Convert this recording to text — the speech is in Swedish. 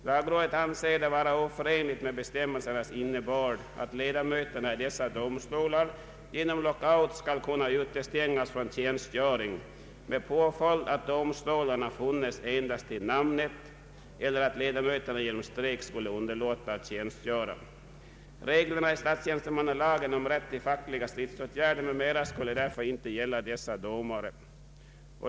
Lagrådet finner det vara oförenligt med bestämmelsernas innebörd att ledamöterna i dessa domstolar genom lockout skulle kunna utestängas från tjänstgöring med påföljd att domstolarna funnes endast till namnet eller att ledamöterna genom strejk skulle underlåta att tjänstgöra. Reglerna i statstjänstemannalagen om rätt till fackliga stridsåtgärder m.m. skulle därför inte gälla dessa domare.